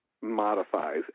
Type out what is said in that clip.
modifies